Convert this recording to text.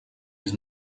без